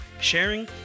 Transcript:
sharing